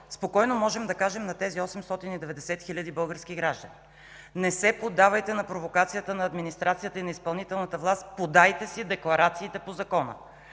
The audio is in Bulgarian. спокойно можем да кажем на тези 890 хиляди български граждани: не се поддавайте на провокацията на администрацията и на изпълнителната власт. Подайте си декларациите по Закона.